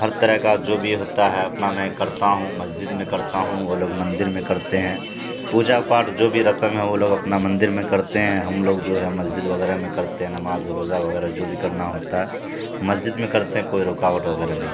ہر طرح کا جو بھی ہوتا ہے اپنا میں کرتا ہوں مسجد میں کرتا ہوں وہ لوگ مندر میں کرتے ہیں پوجا پاٹھ جو بھی رسم ہے وہ لوگ اپنا مندر میں کرتے ہیں ہم لوگ جو ہے مسجد وغیرہ میں کرتے ہیں نماز روزہ وغیرہ جو بھی کرنا ہوتا ہے مسجد میں کرتے ہیں کوئی رکاوٹ وغیرہ نہیں